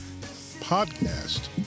podcast